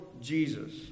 Jesus